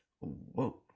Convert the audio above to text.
whoa